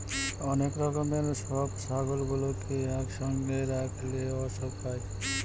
অনেক রকমের সব ছাগলগুলোকে একসঙ্গে রাখলে অসুখ হয়